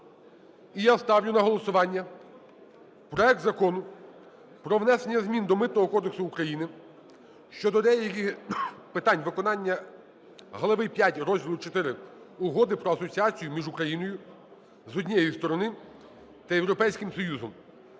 І я ставлю на голосування проект Закону про внесення змін до Митного кодексу України (щодо деяких питань виконання Глави 5 Розділу ІV Угоди про асоціацію між Україною, з однієї сторони, та Європейським Союзом)